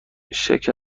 شکر